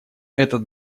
этот